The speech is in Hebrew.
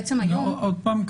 עוד פעם,